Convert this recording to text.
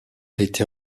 été